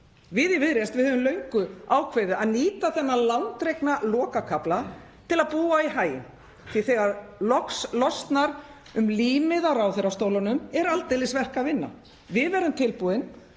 Við í Viðreisn höfum löngu ákveðið að nýta þennan langdregna lokakafla til að búa í haginn, því að þegar loks losnar um límið á ráðherrastólunum er aldeilis verk að vinna. Við verðum tilbúin